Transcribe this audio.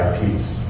peace